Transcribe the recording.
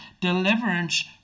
Deliverance